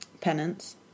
penance